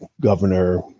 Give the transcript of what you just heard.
governor